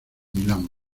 milán